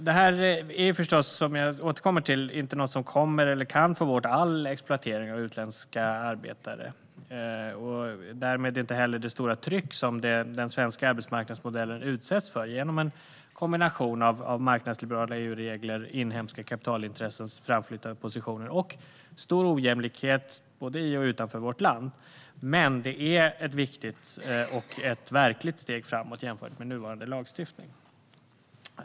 Det här är förstås, som jag återkommer till, inte något som kommer att eller kan få bort all exploatering av utländska arbetare och därmed inte heller det stora tryck som den svenska arbetsmarknadsmodellen utsätts för genom en kombination av marknadsliberala EU-regler, inhemska kapitalintressens framflyttade positioner och stor ojämlikhet både i och utanför vårt land. Men det är ett viktigt och verkligt steg framåt jämfört med nuvarande lagstiftning.